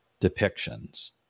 depictions